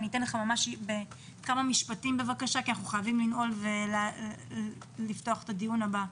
אתן לך כמה משפטים כי אנחנו חייבים לנעול ולפתוח את הדיון הבא.